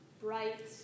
bright